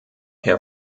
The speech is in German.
herr